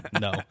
no